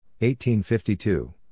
1852